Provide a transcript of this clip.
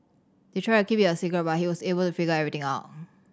they tried to keep it a secret but he was able to figure everything out